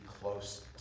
close